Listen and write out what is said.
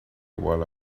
while